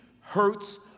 hurts